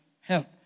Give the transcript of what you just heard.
help